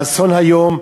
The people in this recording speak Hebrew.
והאסון היום,